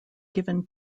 given